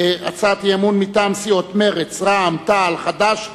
הצעת אי-אמון מטעם סיעות מרצ ורע"ם-תע"ל חד"ש בל"ד.